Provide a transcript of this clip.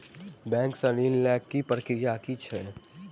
Bank सऽ ऋण लेय केँ प्रक्रिया की छीयै?